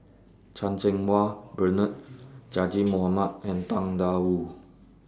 Chan Cheng Wah Bernard Zaqy Mohamad and Tang DA Wu